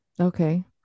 Okay